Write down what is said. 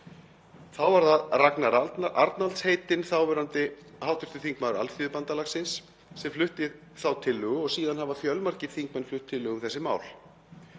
Þá var það Ragnar Arnalds heitinn, þáverandi hv. þm. Alþýðubandalagsins, sem flutti þá tillögu og síðan hafa fjölmargir þingmenn flutt tillögu um þessi mál.